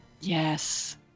yes